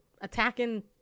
attacking